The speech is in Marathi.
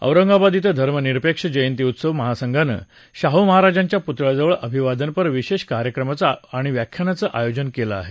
औरंगाबाद इथं धर्मनिरपेक्ष जयंती उत्सव महासंघानं शाह महाराजांच्या पुतळ्याजवळ अभिवादनपर विशेष कार्यक्रमाचं आणि व्याख्यानाचं आयोजन केलं आहे